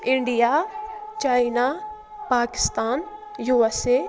India China Pakistan U S A